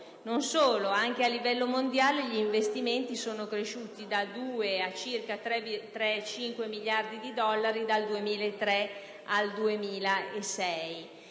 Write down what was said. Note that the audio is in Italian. Non solo: anche a livello mondiale gli investimenti sono cresciuti da 2 a circa 3,5 miliardi di dollari, dal 2003 al 2006.